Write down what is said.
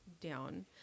down